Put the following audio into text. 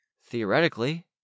Theoretically